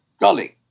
Golly